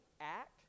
act